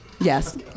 Yes